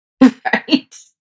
Right